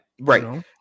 right